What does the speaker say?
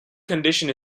condition